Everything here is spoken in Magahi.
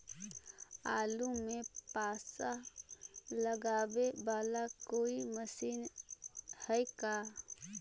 आलू मे पासा लगाबे बाला कोइ मशीन है का?